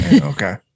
Okay